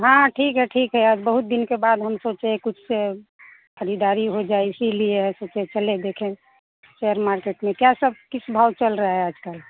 हाँ ठीक है ठीक है आज बहुत दिन के बाद हम सोचे कुछ ख़रीदारी हो जाए इसीलिए है सोचे चले देखें शेयर मार्केट में क्या सब किस भाव चल रहा है आज कल